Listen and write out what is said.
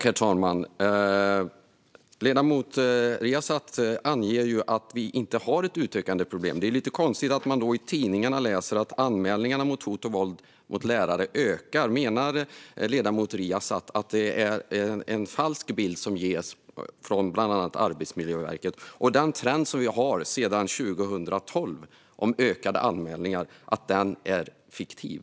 Herr talman! Ledamoten Riazat anger att vi inte har ett ökande problem. Det är lite konstigt att man då i tidningarna läser att anmälningarna om hot och våld mot lärare ökar. Menar ledamoten Riazat att det är en falsk bild som ges från bland annat Arbetsmiljöverket? Och är den trend som vi har sedan 2012 gällande ökade anmälningar fiktiv?